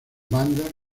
bandas